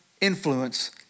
influence